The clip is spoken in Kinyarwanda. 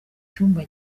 icyuma